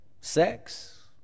sex